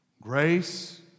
grace